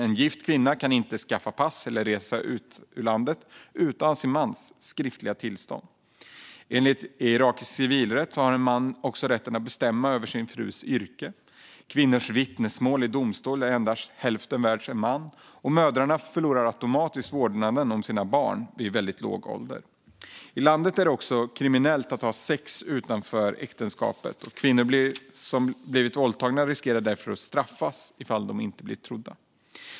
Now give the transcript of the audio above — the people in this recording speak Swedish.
En gift kvinna kan inte skaffa ett pass eller resa ut ur landet utan sin mans skriftliga tillstånd. Enligt iransk civilrätt har en man också rätten att bestämma över sin frus yrke. En kvinnas vittnesmål i domstol är endast värt hälften av en mans, och mödrar förlorar vårdnaden om sina barn vid väldigt låg ålder. I landet är det också kriminellt att ha sex utanför äktenskapet. Kvinnor som har blivit våldtagna riskerar därför att straffas om de inte blir trodda.